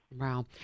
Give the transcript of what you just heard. Wow